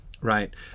right